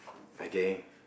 okay